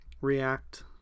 react